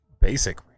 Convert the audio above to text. Basic